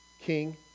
king